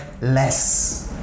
less